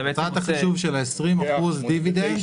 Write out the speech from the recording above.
תוצאת החישוב של ה-20 אחוזים דיבידנד